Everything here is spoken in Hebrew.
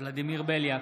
ולדימיר בליאק,